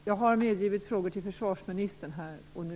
Jag har medgivit frågor till försvarsministern här och nu.